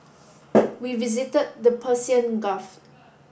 we visited the Persian Gulf